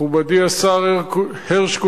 מכובדי השר הרשקוביץ,